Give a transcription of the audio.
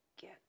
get